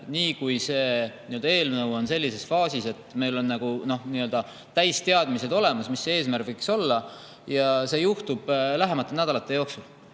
siis, kui see eelnõu on sellises faasis, et meil on täielik teadmine olemas, mis see eesmärk võiks olla. See juhtub lähimate nädalate jooksul.